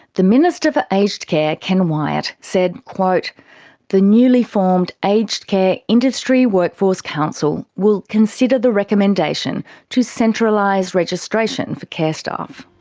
the minister for aged care, ken wyatt said quote the newly formed aged care industry workforce council will consider the recommendation to centralise registration for care staff.